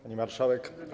Pani Marszałek!